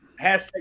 Hashtag